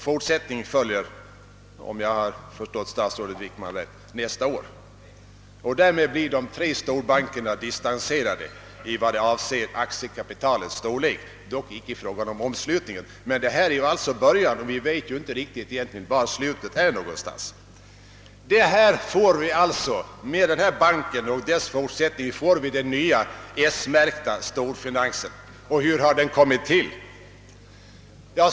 Fortsättning följer, om jag har förstått statsrådet Wickman rätt, nästa år. Därmed blir de tre storbankerna distanserade i vad avser aktiekapitalets storlek, dock icke i fråga om omslutningen. Men detta är alltså början, och vi vet egentligen inte riktigt var det slutar. Med denna bank oci: dess omsättning får vi den nya, S-märkta storfinansen. Och hur har den kommit till?